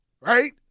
Right